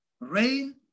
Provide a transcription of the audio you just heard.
rain